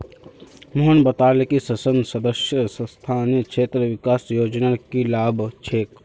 मोहन बताले कि संसद सदस्य स्थानीय क्षेत्र विकास योजनार की लाभ छेक